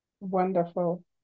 Wonderful